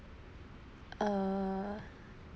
err